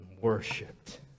worshipped